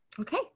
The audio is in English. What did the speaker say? Okay